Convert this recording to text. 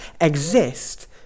exist